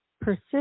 persist